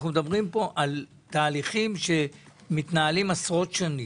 אנחנו מדברים פה על תהליכים שמתנהלים פה עשרות שנים.